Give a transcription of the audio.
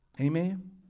amen